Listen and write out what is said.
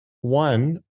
one